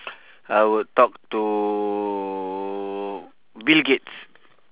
I would talk to bill gates